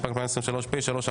התשפ"ג 2023 (פ/3487/25),